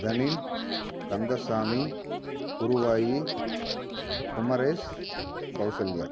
தனின் Kandasamy Guruvayi Kumaresh Kausalya